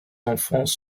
enfants